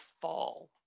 fall